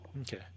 Okay